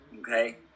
Okay